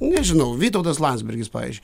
nežinau vytautas landsbergis pavyzdžiui